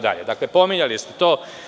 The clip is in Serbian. Dakle, pominjali ste to.